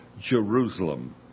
Jerusalem